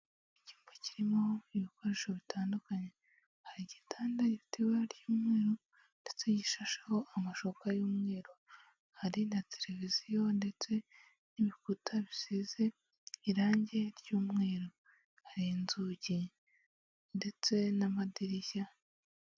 Icyumba kirimo ibikoresho bitandukanye, hari igitanda gifite ibara ry'umweru ndetse gishasheho amashuka y'umweru, hari na televiziyo ndetse n'ibikuta bisize irange ry'umweru hari inzugi ndetse n'amadirishya.